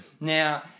Now